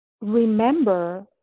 remember